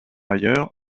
ailleurs